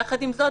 יחד עם זאת,